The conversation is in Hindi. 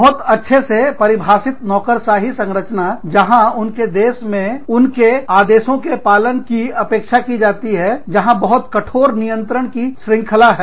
बहुत अच्छे से परिभाषित नौकरशाही संरचना जहां उनसे आदेशों के पालन की अपेक्षा की जाती है जहां बहुत कठोर नियंत्रण की श्रृंखला है